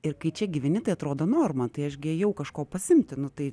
ir kai čia gyveni tai atrodo norma tai aš gi ėjau kažko pasiimti nu tai